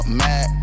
mad